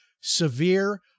severe